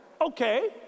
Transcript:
Okay